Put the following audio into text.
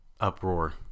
Uproar